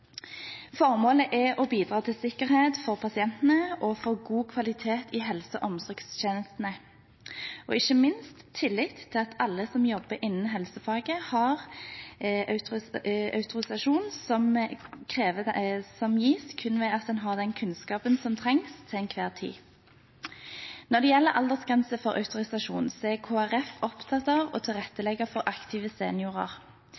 Formålet er å bidra til sikkerhet for pasientene, få god kvalitet i helse- og omsorgstjenestene og ikke minst tillit til at alle som jobber innen helsefaget, har autorisasjon som gis kun ved at en har den kunnskapen som trengs, til enhver tid. Når det gjelder aldersgrense for autorisasjon, er Kristelig Folkeparti opptatt av å tilrettelegge for aktive